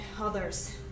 others